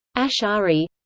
ash'ari